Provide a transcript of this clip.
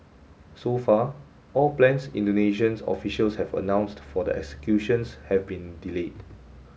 so far all plans Indonesians officials have announced for the executions have been delayed